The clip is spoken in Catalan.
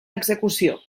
execució